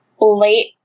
late